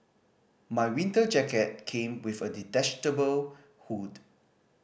my winter jacket came with a detachable hood